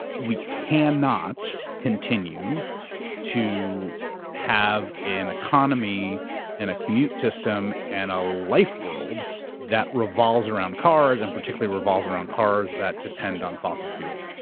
we cannot continue to have an economy and a commute system and a life world that revolves around cars, and particularly revolves around cars that depend on fossil fuel.